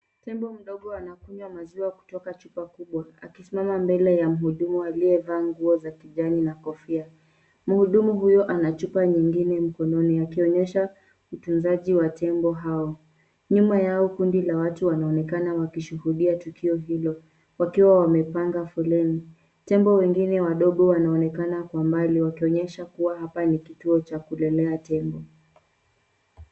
Tembo mdogo anakunywa maziwa kutoka chupa kubwa akisimama mbele ya mhudumu aliyevaa nguo za kijani na kofia. Mhudumu huyu ana chupa nyingine mkononi akionyesha utunzaji wa tembo hao. Nyuma yao kundi la watu wanaonekana wakishuhudia tukio hilo wakiwa wamepanga foleni. Tembo wengine wadogo wanaonekana kwa mbali wakionyesha kuwa hapa ni kituo cha kulelea tembo.